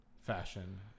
Fashion